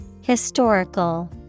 Historical